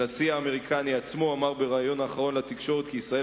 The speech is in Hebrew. הנשיא האמריקני עצמו אמר בריאיון האחרון לתקשורת כי ישראל